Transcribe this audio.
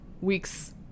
weeks